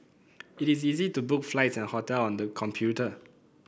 it is easy to book flights and hotel on the computer